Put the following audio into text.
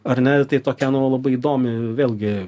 ar ne tai tokia nu labai įdomiai vėlgi